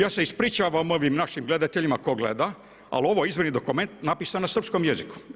Ja se ispričavam ovim našim gledateljima tko gleda, ali ovo je izvorni dokument napisan na srpskom jeziku.